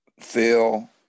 Phil